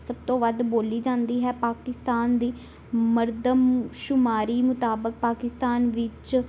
ਸਭ ਤੋਂ ਵੱਧ ਬੋਲੀ ਜਾਂਦੀ ਹੈ ਪਾਕਿਸਤਾਨ ਦੀ ਮਰਦਮਸ਼ੁਮਾਰੀ ਮੁਤਾਬਕ ਪਾਕਿਸਤਾਨ ਵਿੱਚ